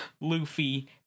Luffy